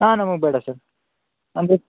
ಹಾಂ ನಮಗೆ ಬೇಡ ಸರ್ ಅಂದರೆ